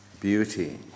beauty